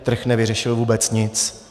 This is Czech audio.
Trh nevyřešil vůbec nic.